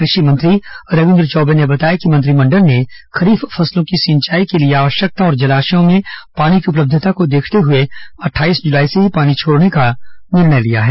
कृषि मंत्री रविन्द्र चौबे ने बताया कि मंत्रिमंडल ने खरीफ फसलों की सिंचाई के लिए आवश्यकता और जलाशयों में पानी की उपलब्धता को देखते हुए अट्ठाईस जुलाई से ही पानी छोड़ने का निर्णय लिया है